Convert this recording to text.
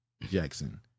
Jackson